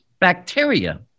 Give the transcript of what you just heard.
bacteria